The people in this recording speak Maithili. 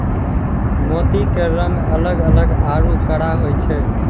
मोती के रंग अलग अलग आरो कड़ा होय छै